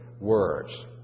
words